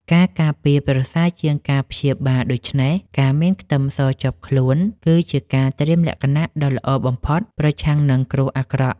ការការពារប្រសើរជាងការព្យាបាលដូច្នេះការមានខ្ទឹមសជាប់ខ្លួនគឺជាការត្រៀមលក្ខណៈដ៏ល្អបំផុតប្រឆាំងនឹងគ្រោះអាក្រក់។